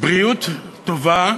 בריאות טובה,